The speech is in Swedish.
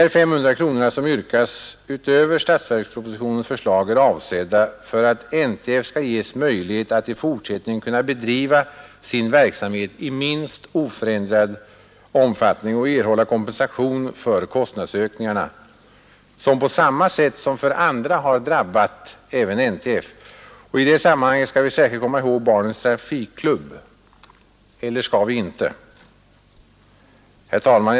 De 500 000 kronor som yrkas utöver statsverkspropositionens förslag är avsedda för att NTF skall ges möjlighet att i fortsättningen bedriva sin verksamhet i minst oförändrad omfattning och erhålla kompensation för kostnadsökningarna, som på samma sätt som för andra har drabbat även NTF. I det sammanhanget bör vi särskilt komma ihåg Barnens trafikklubb — eller skall vi inte? Herr talman!